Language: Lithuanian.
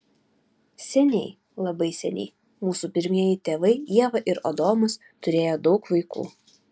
seniai labai seniai mūsų pirmieji tėvai ieva ir adomas turėję daug vaikų